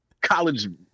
college